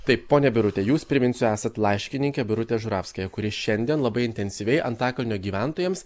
taip ponia birute jūs priminsiu esat laiškininkė birutė žuravskaja kuri šiandien labai intensyviai antakalnio gyventojams